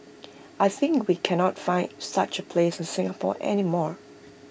I think we cannot find such A place in Singapore any more